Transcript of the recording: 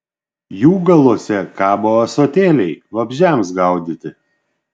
jų galuose kabo ąsotėliai vabzdžiams gaudyti